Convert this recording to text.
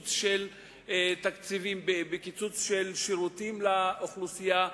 בקיצוץ של תקציבים, בקיצוץ של שירותים לאוכלוסייה.